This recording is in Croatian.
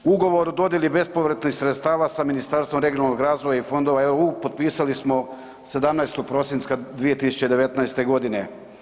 Ugovor o dodjeli bespovratnih sredstava sa Ministarstvom regionalnog razvoja i fondova EU potpisali smo 17. prosinca 2019. godine.